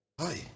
Hi